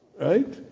Right